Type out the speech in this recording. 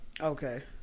Okay